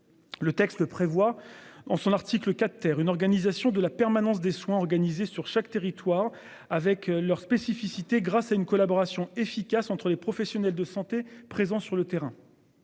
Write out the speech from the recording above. Le texte prévoit en son article 4 terre une organisation de la permanence des soins organisée sur chaque territoire avec leurs spécificités grâce à une collaboration efficace entre les professionnels de santé présent sur le terrain.